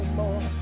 more